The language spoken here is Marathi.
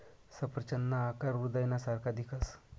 सफरचंदना आकार हृदयना सारखा दिखस